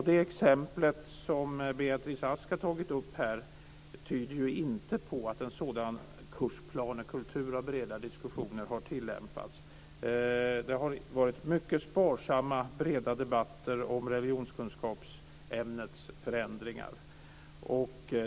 Det exempel som Beatrice Ask har tagit upp här tyder inte på att en sådan kursplanekultur med breda diskussioner har tillämpats. Det har varit mycket sparsamma breda debatter om religionskunskapsämnets förändringar.